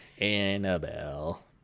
Annabelle